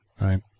Right